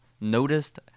noticed